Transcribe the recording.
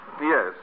Yes